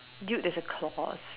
dude there's a clause